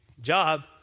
Job